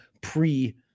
pre